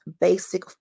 basic